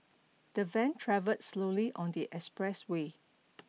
the van travelled slowly on the expressway